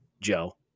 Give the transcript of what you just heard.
Joe